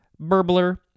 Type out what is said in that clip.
burbler